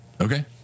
okay